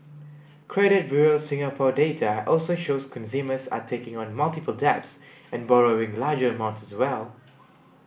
credit Bureau Singapore data also shows consumers are taking on multiple debts and borrowing larger amounts as well